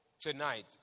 Tonight